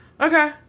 okay